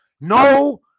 No